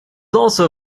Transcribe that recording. also